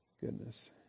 goodness